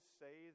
say